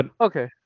Okay